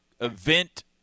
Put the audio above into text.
event